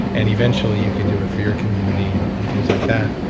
and eventually, you can do it for your community and and things like that.